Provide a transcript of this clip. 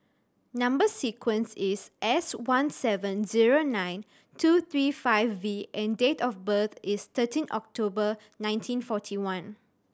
number sequence is S one seven zero nine two three five V and date of birth is thirteen October nineteen forty one